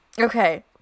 Okay